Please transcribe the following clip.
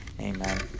Amen